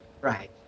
Right